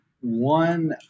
One